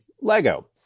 lego